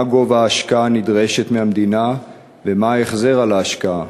מה גובה ההשקעה הנדרשת מהמדינה ומה ההחזר על ההשקעה?